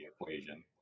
equation